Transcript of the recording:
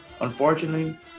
unfortunately